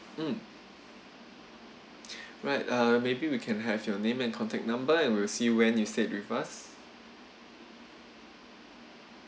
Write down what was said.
mm alright uh maybe we can have your name and contact number and we will see when you stayed with us